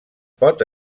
pot